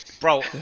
Bro